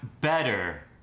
better